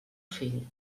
fill